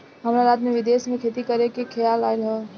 हमरा रात में विदेश में खेती करे के खेआल आइल ह